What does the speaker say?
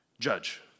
judge